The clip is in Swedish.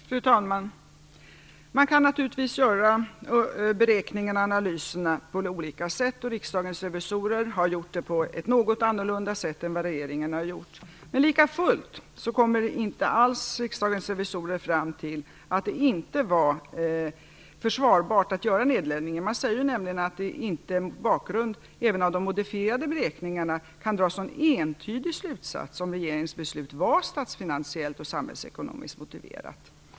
Fru talman! Man kan naturligtvis göra beräkningarna och analyserna på olika sätt. Riksdagens revisorer har gjort det på ett något annorlunda sätt jämfört med regeringen. Lika fullt kommer Riksdagens revisorer inte alls fram till att det inte var försvarbart att göra nedläggningen. Man säger nämligen att det inte mot bakgrund även av de modifierade beräkningarna kan dras någon entydig slutsats av om regeringens beslut var statsfinansiellt och samhällsekonomiskt motiverat.